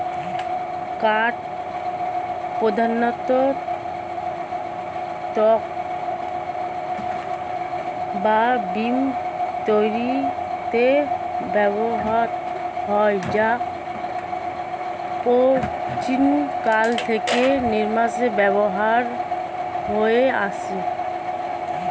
কাঠ প্রধানত তক্তা বা বিম তৈরিতে ব্যবহৃত হয় যা প্রাচীনকাল থেকে নির্মাণে ব্যবহৃত হয়ে আসছে